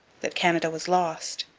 that canada was lost,